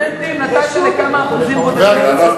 הבטחת לכל הסטודנטים ונתת לכמה אחוזים בודדים.